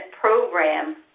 program